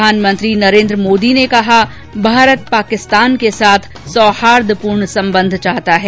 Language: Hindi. प्रधानमंत्री नरेन्द्र मोदी ने कहा भारत पाकिस्तान के साथ सौहार्दपूर्ण संबंध चाहता है